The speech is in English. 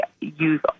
use